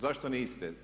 Zašto niste?